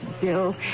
Bill